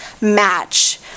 match